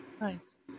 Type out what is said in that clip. Nice